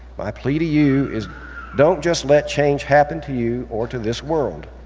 my plea to you is don't just let change happen to you or to this world.